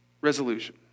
resolution